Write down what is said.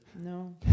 No